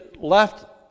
left